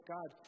God